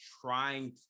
trying